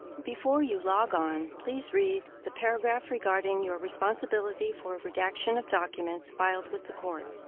before you log on, please read the paragraph regarding your responsibility for redaction of documents filed with the court.